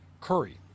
curry